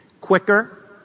quicker